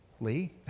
Lee